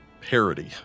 parody